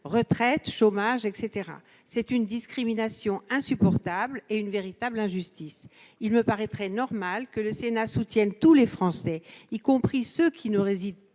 retraite ou de chômage. Il s'agit d'une discrimination insupportable et d'une véritable injustice. Il me paraîtrait normal que le Sénat soutienne tous les Français, y compris ceux qui ne résident